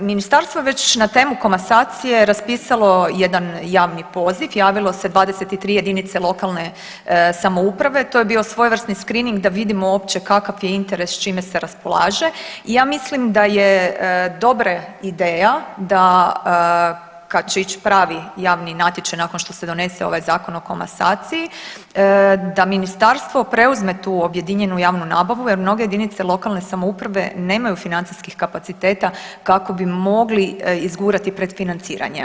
Ministarstvo je već na temu komasacije raspisalo jedan javni poziv, javilo se 23 jedinice lokalne samouprave, to je bio svojevrsni screeaning da vidimo uopće kakav je interes s čime se raspolaže i ja mislim da je dobra ideja da kad će ić pravi javni natječaj nakon što se donese ovaj Zakon o komasaciji da ministarstvo preuzme tu objedinjenu javnu nabavu jer mnoge jedinice lokalne samouprave nemaju financijskih kapaciteta kako bi mogli izgurati pred financiranje.